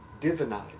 divinized